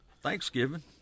Thanksgiving